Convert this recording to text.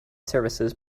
services